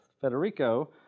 Federico